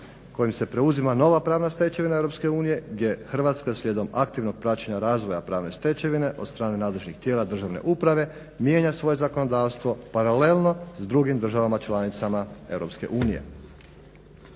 kojim se preuzima nova pravna stečevina EU gdje Hrvatska slijedom aktivnog praćenja razvoja pravne stečevine od strane nadležnih tijela Državne uprave mijenja svoje zakonodavstvo paralelno s drugim državama članicama EU.